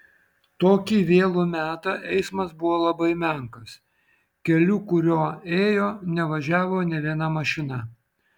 tokį vėlų metą eismas buvo labai menkas keliu kuriuo ėjo nevažiavo nė viena mašina